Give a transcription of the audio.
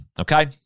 okay